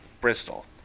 Bristol